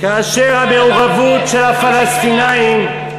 כאשר המעורבות של הפלסטינים,